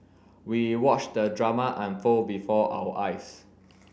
we watched the drama unfold before our eyes